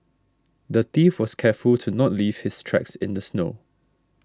the thief was careful to not leave his tracks in the snow